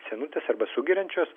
senutės arba sugeriančios